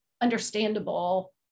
understandable